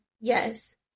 yes